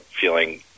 feeling